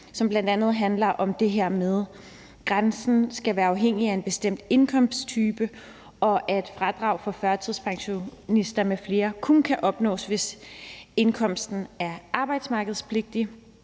bl.a. om det her med, at grænsen skal være afhængig af en bestemt indkomsttype, og at fradrag for førtidspensionister m.fl. kun kan opnås, hvis indkomsten er arbejdsmarkedsbidragspligtig,